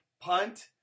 punt